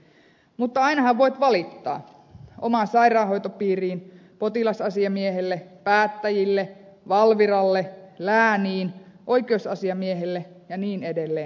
mutta ainahan voit valittaa omaan sairaanhoitopiiriin potilasasiamiehelle päättäjille valviralle lääniin oikeusasiamiehelle ja niin edelleen